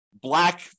black